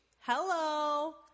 Hello